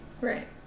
Right